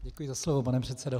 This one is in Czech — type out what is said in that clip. Děkuji za slovo, pane předsedo.